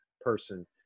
person